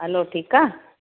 हलो ठीकु आहे